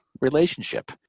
relationship